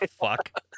fuck